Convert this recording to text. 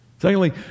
Secondly